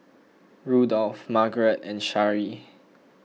Rudolf Margarete and Sharee